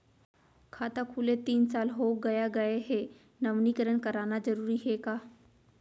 खाता खुले तीन साल हो गया गये हे नवीनीकरण कराना जरूरी हे का?